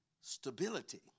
stability